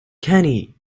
kenny